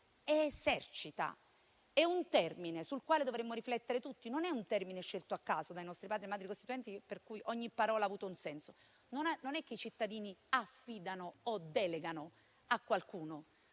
Esercitare è un verbo sul quale dovremmo riflettere tutti, non è un termine scelto a caso dai nostri Padri e Madri costituenti, per cui ogni parola ha avuto un senso: non è che i cittadini affidano o delegano a qualcuno,